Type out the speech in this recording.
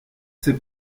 c’est